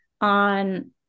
on